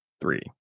Three